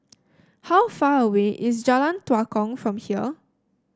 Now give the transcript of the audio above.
how far away is Jalan Tua Kong from here